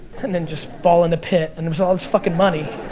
and then just fall in the pit. and there's all this fucking money.